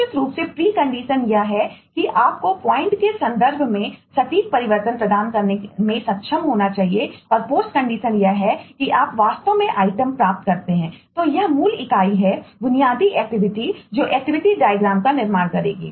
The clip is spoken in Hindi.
निश्चित रूप से प्रीकंडीशन का निर्माण करेगी